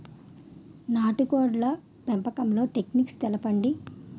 నాటుకోడ్ల పెంపకంలో టెక్నిక్స్ తెలుపండి?